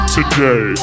today